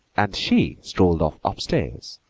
and she strolled off up-stairs,